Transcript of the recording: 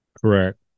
Correct